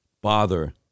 bother